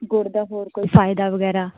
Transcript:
ਗੁੜ ਦਾ ਹੋਰ ਕੋਈ ਫਾਇਦਾ ਵਗੈਰਾ